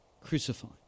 crucified